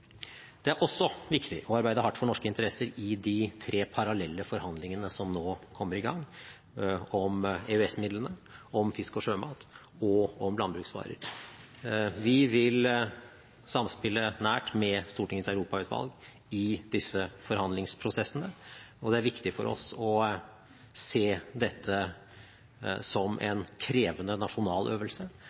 Det er også viktig å arbeide hardt for norske interesser i de tre parallelle forhandlingene som nå kommer i gang om EØS-midlene, om fisk og sjømat og om landbruksvarer. Vi vil samspille nært med Stortingets europautvalg i disse forhandlingsprosessene, og det er viktig for oss å se dette som en krevende nasjonal øvelse